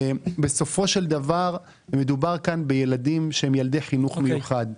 בסופו של דבר מדובר כאן בילדים שהם ילדי חינוך מיוחד.